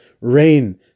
rain